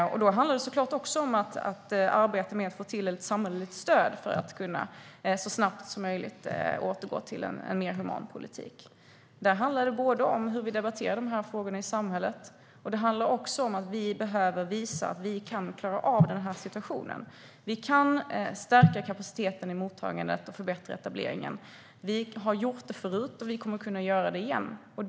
Då handlar det såklart också om att arbeta med att få till ett samhälleligt stöd för att så snabbt som möjligt återgå till en mer human politik. Där handlar det både om hur vi debatterar de här frågorna i samhället och om att vi behöver visa att vi kan klara av den här situationen. Vi kan stärka kapaciteten i mottagandet och förbättra etableringen. Vi har gjort det förut, och vi kommer att kunna göra det igen.